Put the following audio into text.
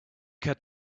cut